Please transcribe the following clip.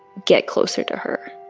get closer to her?